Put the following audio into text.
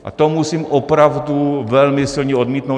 A to musím opravdu velmi silně odmítnout.